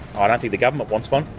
ah don't think the government wants one,